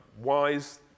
wise